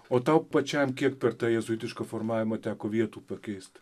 o tau pačiam kiek per tą jėzuitišką formavimą teko vietų pakeist